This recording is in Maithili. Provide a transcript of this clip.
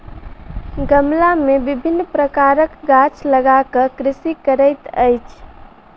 गमला मे विभिन्न प्रकारक गाछ लगा क कृषि करैत अछि